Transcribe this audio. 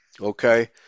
okay